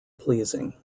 pleasing